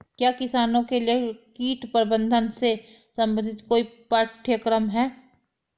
क्या किसानों के लिए कीट प्रबंधन से संबंधित कोई पाठ्यक्रम है?